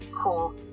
cool